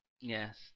yes